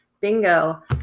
bingo